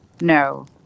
no